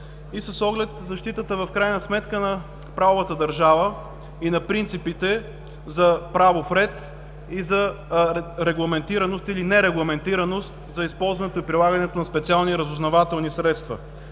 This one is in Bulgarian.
и с оглед защитата на правовата държава и на принципите за правов ред и регламентираност или нерегламентираност за използването и прилагането на специални разузнавателни средства.